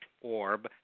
orb